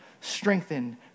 strengthen